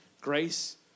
grace